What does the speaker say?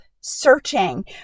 searching